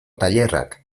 tailerrak